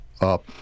up